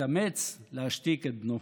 התאמץ להשתיק את בנו,